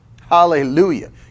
Hallelujah